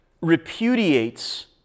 repudiates